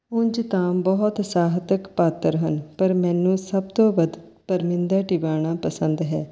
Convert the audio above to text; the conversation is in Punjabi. ਉਂਝ ਤਾਂ ਬਹੁਤ ਸਾਹਿਤਕ ਪਾਤਰ ਹਨ ਪਰ ਮੈਨੂੰ ਸਭ ਤੋਂ ਵੱਧ ਪਰਮਿੰਦਰ ਟਿਵਾਣਾ ਪਸੰਦ ਹੈ